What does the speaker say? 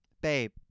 babe